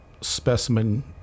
specimen